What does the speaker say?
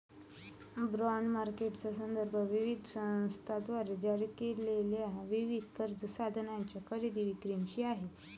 bond मार्केटचा संदर्भ विविध संस्थांद्वारे जारी केलेल्या विविध कर्ज साधनांच्या खरेदी विक्रीशी आहे